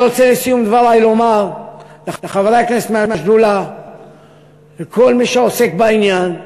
לסיום דברי אני רוצה לומר לחברי הכנסת מהשדולה ולכל מי שעוסק בעניין,